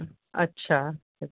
अच्छा